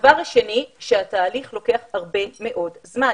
התהליך לוקח הרבה מאוד זמן.